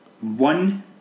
One